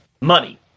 money